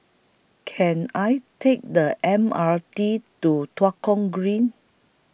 Can I Take The M R T to Tua Kong Green